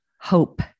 Hope